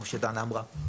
כמו שדנה אמרה,